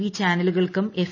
V ചാനലുകൾക്കും F